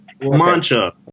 Mancha